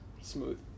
Smooth